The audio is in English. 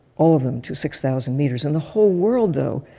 all of them, to six thousand meters. and the whole world, though,